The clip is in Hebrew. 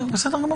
בסדר גמור.